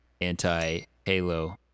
anti-Halo